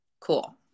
Cool